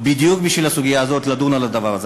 בדיוק בשביל הסוגיה הזאת, לדון בדבר הזה.